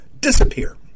disappear